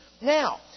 Now